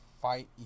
fight